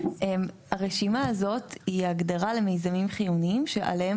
הרשימה הזאת היא הגדרה למיזמים חיוניים שעליהם